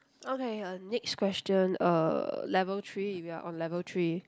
okay uh next question uh level three we are on level three